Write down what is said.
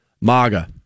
MAGA